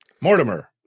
Mortimer